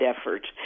effort